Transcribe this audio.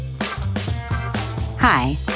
Hi